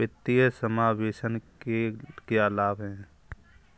वित्तीय समावेशन के क्या लाभ हैं?